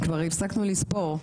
כבר הפסקנו לספור.